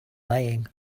laying